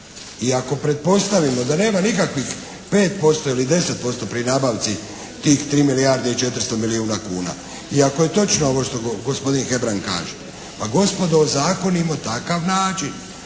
i ako pretpostavimo da nema nikakvih 5% ili 10% pri nabavci tih 3 milijarde i 400 milijuna kuna, i ako je točno ovo što gospodin Hebrang kaže, pa gospodo ozakonimo takav način.